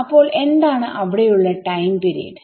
അപ്പോൾ എന്താണ് അവിടെയുള്ള ടൈം പീരീഡ്